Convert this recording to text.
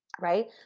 right